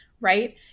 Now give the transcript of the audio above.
right